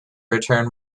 return